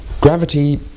Gravity